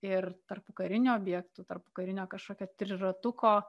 ir tarpukarinių objektų tarpukarinio kažkokio triratuko